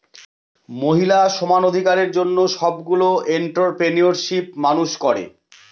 মহিলা সমানাধিকারের জন্য সবগুলো এন্ট্ররপ্রেনিউরশিপ মানুষ করে